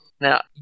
Now